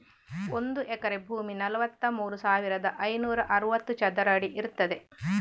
ಒಂದು ಎಕರೆ ಭೂಮಿ ನಲವತ್ತಮೂರು ಸಾವಿರದ ಐನೂರ ಅರವತ್ತು ಚದರ ಅಡಿ ಇರ್ತದೆ